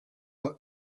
what